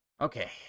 Okay